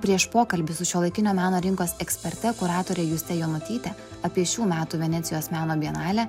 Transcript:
prieš pokalbį su šiuolaikinio meno rinkos eksperte kuratorė juste jonutyte apie šių metų venecijos meno bienalę